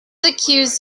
accused